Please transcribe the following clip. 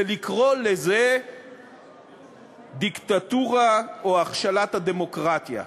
ולקרוא לזה דיקטטורה או הכשלת הדמוקרטיה.